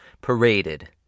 paraded